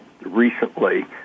recently